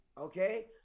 Okay